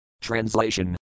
Translation